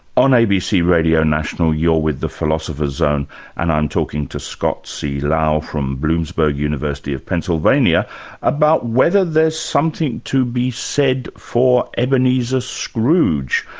on abc radio national you're with the philosopher's zone and i'm talking to scott c. lowe from bloomsburg university of pennsylvania about whether there's something to be said for ebenezer scrooge.